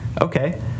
okay